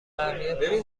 بقیه